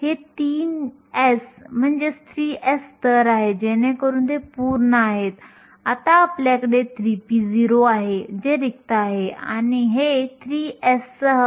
तुम्हाला असेही आढळेल की काही पुस्तके सेंटीमीटर स्क्वेअर व्होल्ट प्रति सेकंदात मूल्य देतात